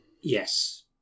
yes